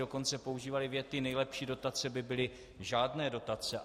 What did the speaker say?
Dokonce používali věty: Nejlepší dotace by byly žádné dotace.